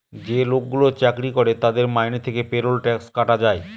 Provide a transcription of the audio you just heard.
যে লোকগুলো চাকরি করে তাদের মাইনে থেকে পেরোল ট্যাক্স যায়